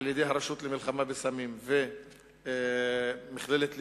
על-ידי הרשות למלחמה בסמים ומכללת לוינסקי,